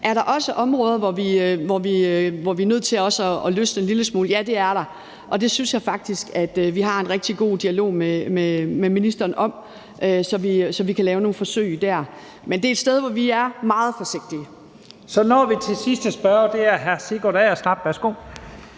Er der også områder, hvor vi er nødt til at løsne en lille smule? Ja, det er der. Og det synes jeg faktisk at vi har en rigtig god dialog med ministeren om, så vi kan lave nogle forsøg der. Men det er et sted, hvor vi er meget forsigtige. Kl. 17:31 Første næstformand (Leif Lahn